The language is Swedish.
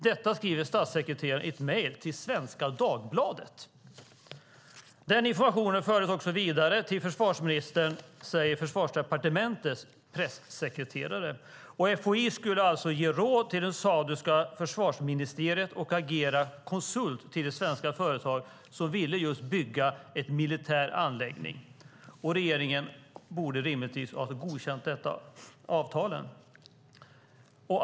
Den informationen fördes också vidare till försvarsministern, säger Försvarsdepartementets pressekreterare. FOI skulle alltså ge råd till det saudiska försvarsministeriet och agera konsult till det svenska företag som ville bygga en militär anläggning. Regeringen borde rimligtvis ha godkänt detta avtal.